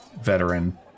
veteran